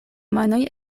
manoj